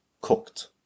cooked